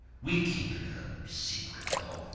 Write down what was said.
we keep it a secret though,